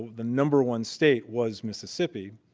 the number one state was mississippi.